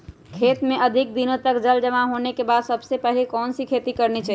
खेत में अधिक दिनों तक जल जमाओ होने के बाद सबसे पहली कौन सी खेती करनी चाहिए?